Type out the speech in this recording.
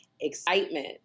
excitement